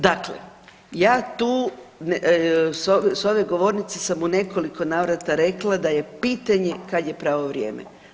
Dakle, ja tu s ove govornice sam u nekoliko navrata rekla da je pitanje kad je pravo vrijeme.